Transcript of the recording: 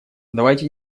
давайте